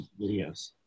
videos